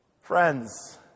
Friends